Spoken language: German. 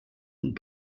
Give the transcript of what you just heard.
und